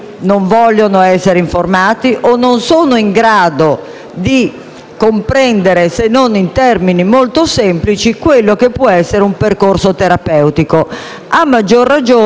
comprendere, se non in termini molto semplici, quello che può essere un percorso terapeutico, a maggior ragione se hanno un livello culturale